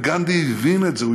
וגנדי הבין את זה,